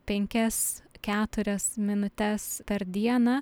penkias keturias minutes per dieną